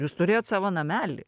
jūs turėjot savo namelį